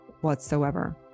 whatsoever